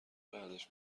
بعدش